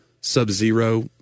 Sub-Zero